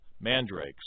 mandrakes